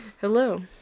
Hello